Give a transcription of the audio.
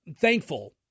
thankful